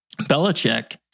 Belichick